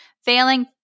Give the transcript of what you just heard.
Failing